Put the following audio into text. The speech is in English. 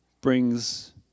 brings